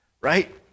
Right